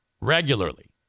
regularly